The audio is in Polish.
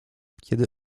kiedy